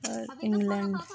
ᱟᱨ England